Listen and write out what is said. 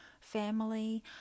family